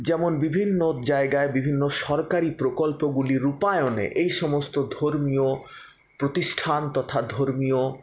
যেমন বিভিন্ন জায়গায় বিভিন্ন সরকারি প্রকল্পগুলি রূপায়ণে এই সমস্ত ধর্মীয় প্রতিষ্ঠান তথা ধর্মীয়